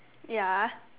ya